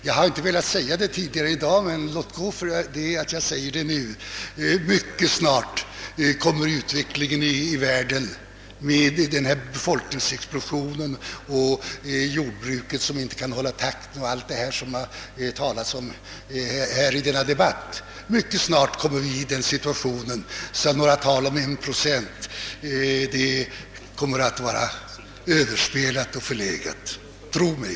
Jag har inte velat säga det tidigare i dag, men låt gå för att jag gör det nu; mycket snart kommer utvecklingen i världen — jag tänker på befolkningsexplosionen, jordbruket som inte kan hålla produktionstakten och allt annat som det talats om i denna debatt — att ha bragt oss i en sådan situation, att allt tal om 1 procent är förlegat, tro mig!